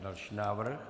Další návrh.